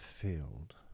field